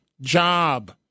job